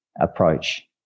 approach